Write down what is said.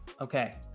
Okay